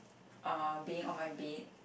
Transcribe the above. uh being on my bed